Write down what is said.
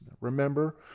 Remember